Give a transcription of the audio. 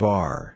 Bar